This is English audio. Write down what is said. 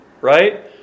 right